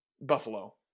Buffalo